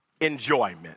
enjoyment